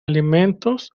alimentos